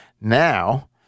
Now